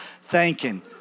thanking